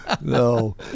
no